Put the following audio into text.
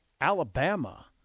Alabama